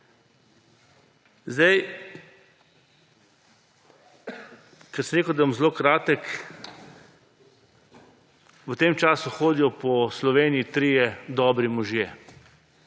dan. Ker sem rekel, da bom zelo kratek, v tem času hodijo po Sloveniji trije dobri možje;